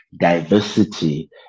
diversity